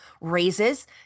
raises